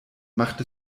macht